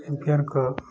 ଅମ୍ପିଆରଙ୍କ